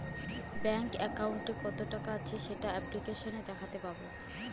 bank একাউন্টে কত টাকা আছে সেটা অ্যাপ্লিকেসনে দেখাতে পাবো